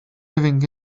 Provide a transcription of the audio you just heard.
living